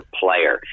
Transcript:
player